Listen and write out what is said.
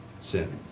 sin